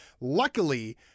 Luckily